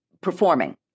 performing